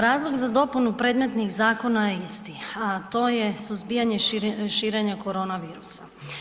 Razlog za dopunu predmetnih zakona je isti, a to je suzbijanje širenja korona virusa.